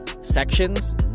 sections